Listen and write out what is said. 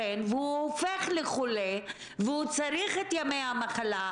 הוא הופך לחולה והוא צריך את ימי המחלה,